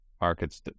markets